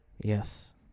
Yes